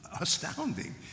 astounding